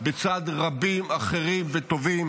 בצד רבים אחרים וטובים